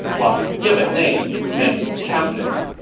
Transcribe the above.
while his given name meant countenance.